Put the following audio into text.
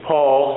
Paul